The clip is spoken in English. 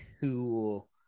cool